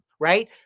right